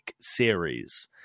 series